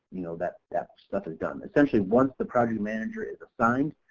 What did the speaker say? you know that stuff stuff is done, essentially once the project manager is assigned,